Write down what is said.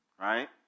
right